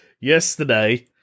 yesterday